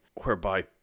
whereby